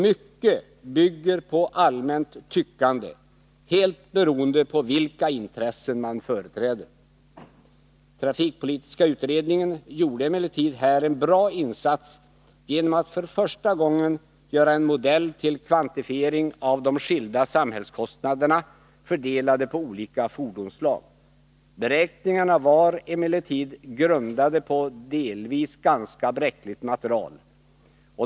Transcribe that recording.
Mycket bygger på allmänt tyckande, helt beroende på vilka intressen man företräder. Trafikpolitiska utredningen gjorde emellertid här en bra insats genom att för första gången göra en modell till kvantifiering av de skilda samhällskostnaderna, fördelade på olika fordonsslag. Beräkningarna var emellertid grundade på delvis ganska bräckligt material.